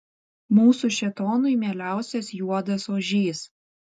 mūsų šėtonui mieliausias juodas ožys